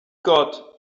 got